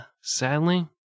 sadly